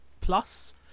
Plus